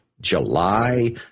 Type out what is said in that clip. July